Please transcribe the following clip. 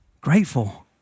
Grateful